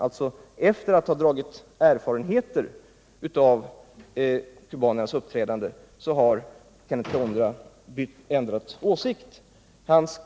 Det är sålunda sedan Kaunda dragit erfarenheter av kubanernas uppträdande som han har ändrat åsikt.